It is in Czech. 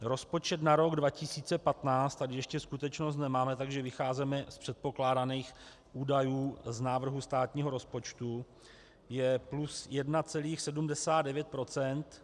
Rozpočet na rok 2015 tady ještě skutečnost nemáme, takže vycházejme z předpokládaných údajů z návrhu státního rozpočtu je plus 1,79 %.